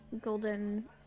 golden